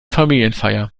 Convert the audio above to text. familienfeier